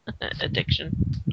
Addiction